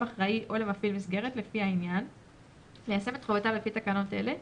אחראי ימנה מבין עובדיו הבכירים ממונה לצורך תקנות אלה,